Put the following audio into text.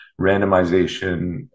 randomization